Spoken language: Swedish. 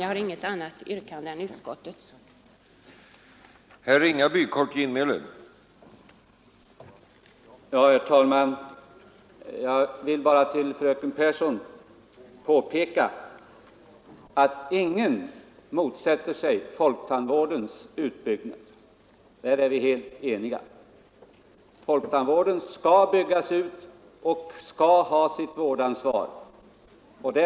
Jag har inget annat yrkande än om bifall till utskottets hemställan.